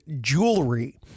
jewelry